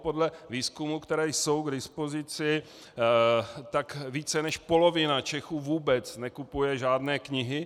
Podle výzkumů, které jsou k dispozici, více než polovina Čechů vůbec nekupuje žádné knihy.